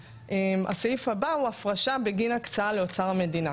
הסעיף הבא הוא הפרשה בגין הקצאה לאוצר המדינה.